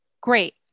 Great